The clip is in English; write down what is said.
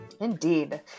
indeed